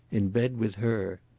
in bed with her.